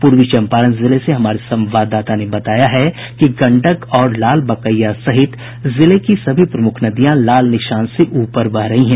पूर्वी चम्पारण जिले से हमारे संवाददाता ने बताया है कि गंडक और लाल बकैया सहित जिले की सभी प्रमुख नदियां लाल निशान से ऊपर बह रही है